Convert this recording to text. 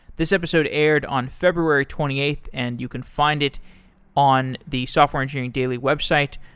this episode aired on february twenty eighth and you can find it on the software engineering daily website.